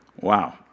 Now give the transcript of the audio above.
Wow